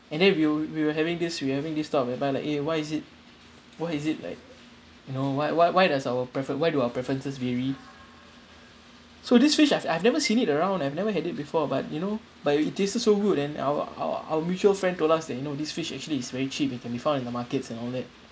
and then we were we were having this we having this thought of whereby like eh why is it why is it like you know why why why does our preference why do our preferences vary so this fish I've I've never seen it around I've never had it before but you know but it tastes so good and our our our mutual friend told us that you know this fish actually is very cheap it can be found in the market and all that